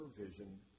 vision